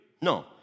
No